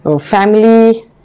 family